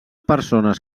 persones